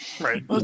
Right